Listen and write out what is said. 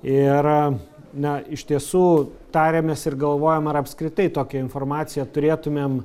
ir na iš tiesų tariamės ir galvojam ar apskritai tokią informaciją turėtumėm